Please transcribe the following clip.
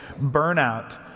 burnout